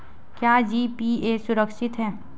क्या जी.पी.ए सुरक्षित है?